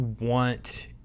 want